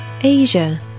Asia